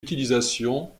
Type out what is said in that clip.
utilisation